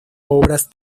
obras